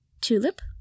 Tulip